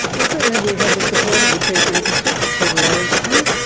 well, certainly we have the support of the chief magistrate, peter lauritsen,